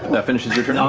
that finishes your turn. um